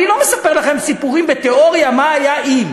אני לא מספר לכם סיפורים בתיאוריה, מה היה אם.